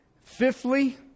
Fifthly